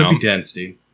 density